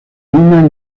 una